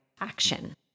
action